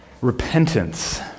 Repentance